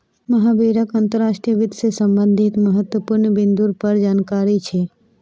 महावीरक अंतर्राष्ट्रीय वित्त से संबंधित महत्वपूर्ण बिन्दुर पर जानकारी छे